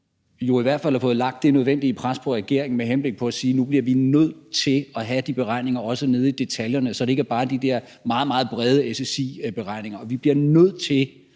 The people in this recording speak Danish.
ikke andet har fået lagt det nødvendige pres på regeringen med henblik på at sige, at vi bliver nødt til at have de beregninger også nede i detaljerne, så det ikke bare er de der meget, meget brede SSI-beregninger. Vi bliver nødt til